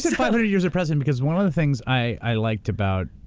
five hundred years of precedent. because one of the things i like about.